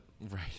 right